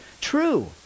true